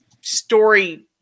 story